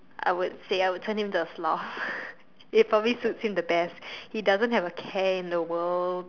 I would say I would turn him to a sloth it probably suits him the best he doesn't have a care in the world